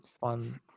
fun